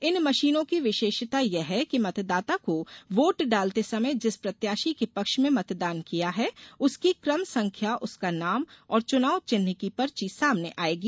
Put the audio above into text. इन मशीनों की विशेषता यह है कि मतदाता को वोट डालते समय जिस प्रत्याशी के पक्ष में मतदान किया है उसकी क्रम संख्या उसका नाम और चुनाव चिन्ह की पर्ची सामने आएगी